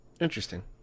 Interesting